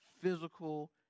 physical